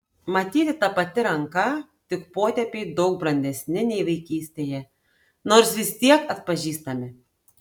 matyti ta pati ranka tik potėpiai daug brandesni nei vaikystėje nors vis tiek atpažįstami